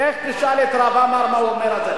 לך תשאל את הרב עמאר מה הוא אומר על זה.